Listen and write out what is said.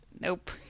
Nope